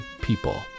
people